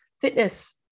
fitness